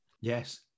Yes